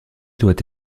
doit